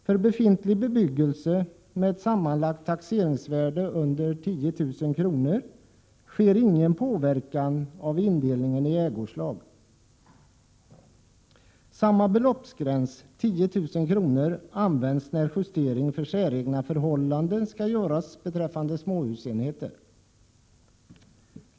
För befintlig bebyggelse med ett sammanlagt taxeringsvärde under 10 000 kr. sker ingen påverkan av indelningen i ägoslag. Samma beloppsgräns, 10 000 kr., används när justering för säregna förhållanden skall göras beträffande småhusenheter.